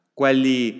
quelli